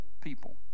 people